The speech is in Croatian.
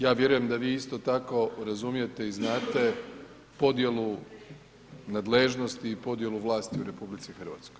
Ja vjerujem da vi isto tako razumijete i znate podjelu nadležnosti i podjelu vlasti u RH.